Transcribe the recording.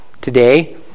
today